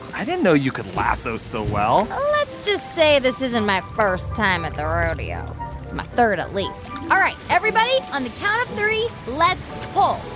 i didn't know you could lasso so well let's just say this isn't my first time at the rodeo. it's my third at least. all right. everybody, on the count of three, let's pull.